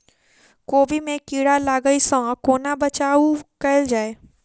कोबी मे कीड़ा लागै सअ कोना बचाऊ कैल जाएँ?